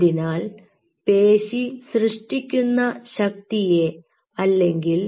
അതിനാൽ പേശി സൃഷ്ടിക്കുന്ന ശക്തിയെ അല്ലെങ്കിൽ